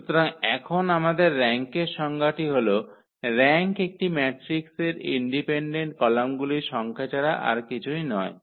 সুতরাং এখন আমাদের র্যাঙ্কের সংজ্ঞাটি হল র্যাঙ্ক একটি ম্যাট্রিক্সের ইন্ডিপেন্ডেন্ট কলামগুলির সংখ্যা ছাড়া আর কিছুই নয়